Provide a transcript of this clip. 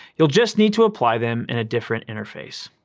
you'll just need to apply them in a different interface.